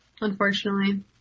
unfortunately